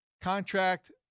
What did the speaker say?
contract